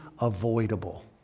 avoidable